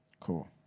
cool